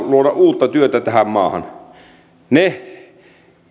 luoda uutta työtä tähän maahan ne